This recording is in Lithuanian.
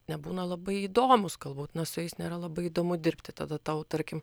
nebūna labai įdomūs galbūt na su jais nėra labai įdomu dirbti tada tau tarkim